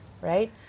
right